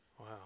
wow